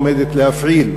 עומדת להפעיל,